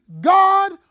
God